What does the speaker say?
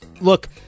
look